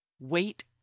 Wait